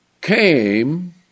came